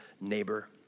neighbor